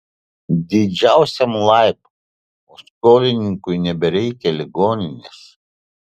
didžiausiam laib o skolininkui nebereikia ligoninės